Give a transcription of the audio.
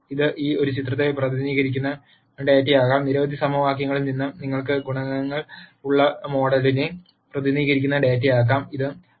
ഇത് ഒരു ചിത്രത്തെ പ്രതിനിധീകരിക്കുന്ന ഡാറ്റയാകാം നിരവധി സമവാക്യങ്ങളിൽ നിന്ന് നിങ്ങൾക്ക് ഗുണകങ്ങൾ ഉള്ള മോഡലിനെ പ്രതിനിധീകരിക്കുന്ന ഡാറ്റയാകാം ഇത്